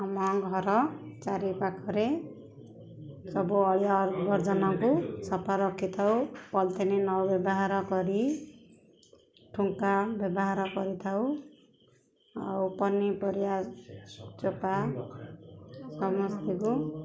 ଆମ ଘର ଚାରିପାଖରେ ସବୁ ଅଳିଆ ଅବର୍ଜନାକୁ ସଫା ରଖି ଥାଉ ପଲଥିନ୍ ନବ୍ୟବହାର କରି ଠୁଙ୍କା ବ୍ୟବହାର କରିଥାଉ ଆଉ ପନିପରିବା ଚୋପା ସମସ୍ତଙ୍କୁ